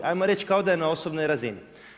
Ajmo reći kao da je na osobnoj razini.